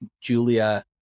julia